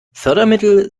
fördermittel